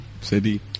City